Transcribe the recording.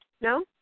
No